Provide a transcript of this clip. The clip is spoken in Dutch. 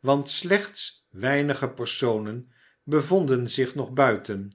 want slechts weinige personen bevonden zich nog buiten